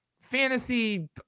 fantasy